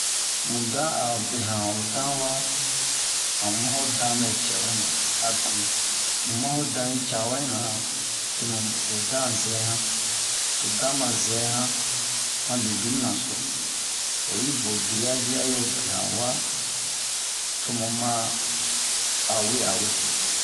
Mu dan a o behan wo dan wa amu ma ho dan ɓɛ cɛwɛna abe muma ho dan yi ca wɛna tomu ho dan zɛhan to ho dan ma zɛ han han legimura-so oyi be griyazi a yo be han wa tomu ma a we'a wese